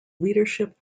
leadership